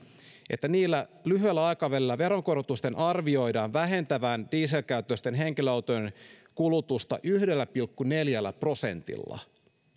että lyhyellä aikavälillä polttoaineverojen korotusten arvioidaan vähentävän dieselkäyttöisten henkilöautojen kulutusta yhdellä pilkku neljällä prosentilla